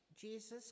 Jesus